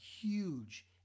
huge